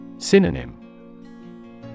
Synonym